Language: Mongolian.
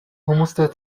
хүмүүстэй